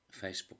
Facebook